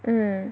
mm